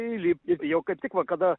įlipti bijau kaip tik va kada